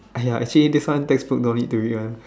!aiya! actually this one textbook no need to read one